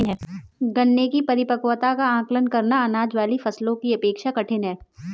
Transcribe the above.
गन्ने की परिपक्वता का आंकलन करना, अनाज वाली फसलों की अपेक्षा कठिन है